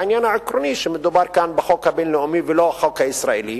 והעניין העקרוני הוא שמדובר בחוק הבין-לאומי ולא בחוק הישראלי.